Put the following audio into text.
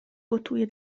gotuje